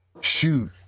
shoot